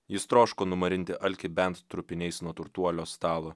jis troško numarinti alkį bent trupiniais nuo turtuolio stalo